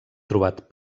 trobat